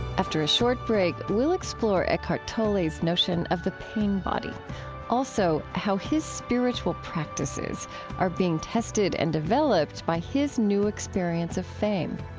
after a short break, we'll explore eckhart tolle's notion of the pain body also how his spiritual practices are being tested and developed by his new experience of fame.